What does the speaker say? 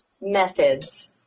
methods